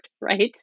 right